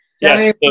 Yes